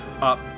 up